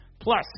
plus